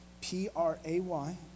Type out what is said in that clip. P-R-A-Y